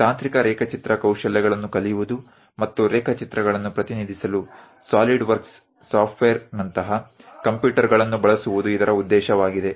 ತಾಂತ್ರಿಕ ರೇಖಾಚಿತ್ರ ಕೌಶಲ್ಯಗಳನ್ನು ಕಲಿಯುವುದು ಮತ್ತು ರೇಖಾಚಿತ್ರಗಳನ್ನು ಪ್ರತಿನಿಧಿಸಲು SOLIDWORKS ಸಾಫ್ಟ್ವೇರ್ನಂತಹ ಕಂಪ್ಯೂಟರ್ಗಳನ್ನು ಬಳಸುವುದು ಇದರ ಉದ್ದೇಶವಾಗಿದೆ